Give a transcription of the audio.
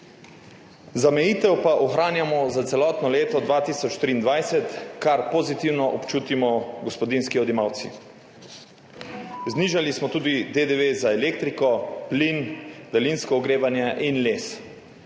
Zamejitev pa ohranjamo za celotno leto 2023, kar pozitivno občutimo gospodinjski odjemalci. Znižali smo tudi DDV za elektriko, plin, daljinsko ogrevanje in les.